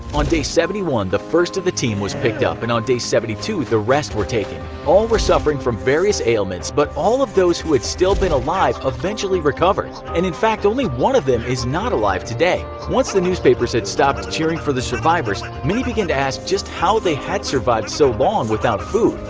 on day seventy one the first the team was picked up and on day seventy two the rest were taken. all were suffering from various ailments but all of those who had still been alive eventually recovered, and in fact only one of them is not alive today. once the newspapers had stopped cheering for the survivors many began to ask just how they had survived so long without food.